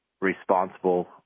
responsible